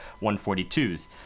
142's